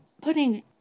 Putting